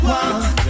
one